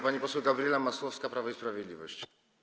Pani poseł Gabriela Masłowska, Prawo i Sprawiedliwość.